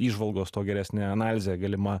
įžvalgos tuo geresnė analizė galima